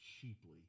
cheaply